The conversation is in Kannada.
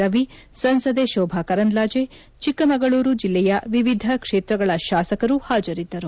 ರವಿ ಸಂಸದೆ ಶೋಭಾ ಕರಂದ್ಲಾಜೆ ಚಿಕ್ಕಮಗಳೂರು ಜಿಲ್ಲೆಯ ವಿವಿಧ ಕ್ಷೇತ್ರಗಳ ಶಾಸಕರು ಹಾಜರಿದ್ದರು